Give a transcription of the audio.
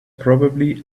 probably